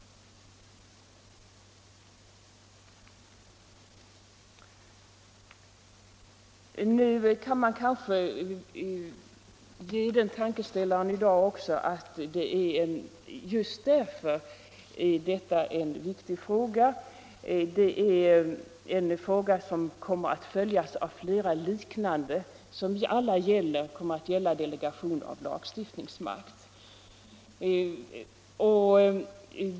Nu kan det kanske vara en tankeställare i dag att detta är en viktig fråga just därför att den kommer att följas av flera liknande, vilka alla kommer att gälla delegation av lagstiftningsmakt.